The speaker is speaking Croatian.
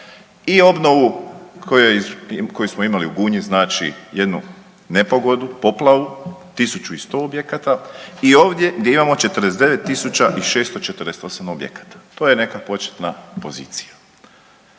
i obnovu koju smo imali u Gunji, znači jednu nepogodu, poplavu 1100 objekata i ovdje gdje imamo 49648 objekata. To je neka početna pozicija.